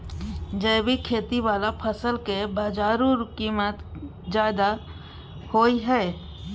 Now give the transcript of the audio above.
जैविक खेती वाला फसल के बाजारू कीमत ज्यादा होय हय